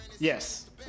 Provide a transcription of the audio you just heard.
Yes